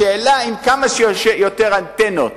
השאלה היא אם כמה שיותר אנטנות,